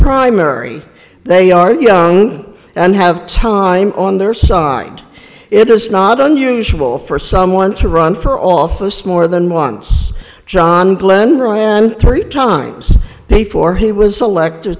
primary they are young and have time on their side it is not unusual for someone to run for office more than once john glenn ran three times before he was selected